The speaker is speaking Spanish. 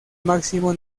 máximo